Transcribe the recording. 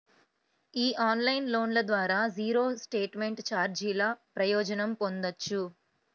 ఈ ఆన్లైన్ లోన్ల ద్వారా జీరో స్టేట్మెంట్ ఛార్జీల ప్రయోజనం పొందొచ్చు